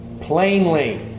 plainly